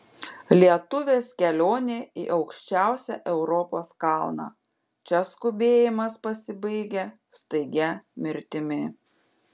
lietuvės kelionė į aukščiausią europos kalną čia skubėjimas pasibaigia staigia mirtimi